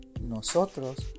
Nosotros